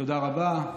תודה רבה.